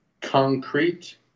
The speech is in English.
concrete